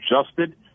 adjusted